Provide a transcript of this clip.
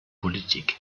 politik